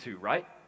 right